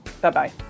Bye-bye